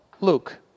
Luke